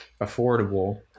affordable